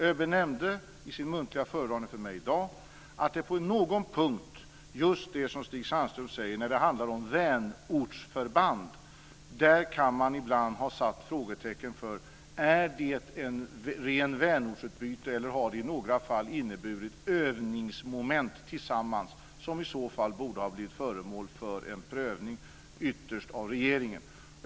ÖB nämnde i sin muntliga föredragning för mig i dag att man på någon punkt, just det som Stig Sandström tar upp, när det handlar om vänortsförband ibland kan ha satt frågetecken: Är det rent vänortsutbyte, eller har det i några fall inneburit övningsmoment tillsammans som i så fall borde har blivit föremål för en prövning ytterst av regeringen?